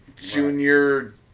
Junior